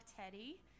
Teddy